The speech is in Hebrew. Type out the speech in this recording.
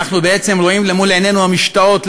אנחנו בעצם רואים אל מול עינינו המשתאות,